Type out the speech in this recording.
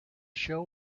show